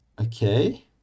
Okay